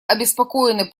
обеспокоены